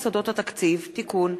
הצעת חוק יסודות התקציב (תיקון,